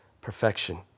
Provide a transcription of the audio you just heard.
perfection